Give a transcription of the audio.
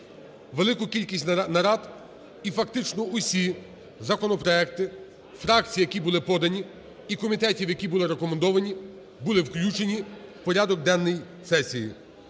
велику кількість нарад і фактично всі законопроекти фракцій, які були подані і комітетів, які були рекомендовані, були включені в порядок денний сесії.